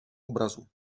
obrazu